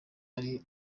ari